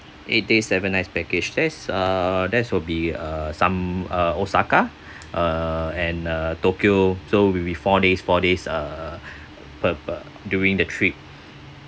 eight days seven nights package there's uh that's will be uh some uh osaka uh and uh tokyo so will be four days four days uh per per during the trip